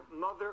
mother